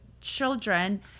children